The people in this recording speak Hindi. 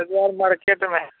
बाज़ार मार्केट में